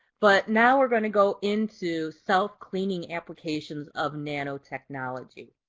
but now we're going to go into self-cleaning applications of nanotechnology.